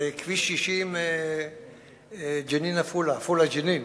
זה כביש 60 עפולה ג'נין,